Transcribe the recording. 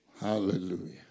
Hallelujah